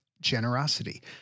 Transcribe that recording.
generosity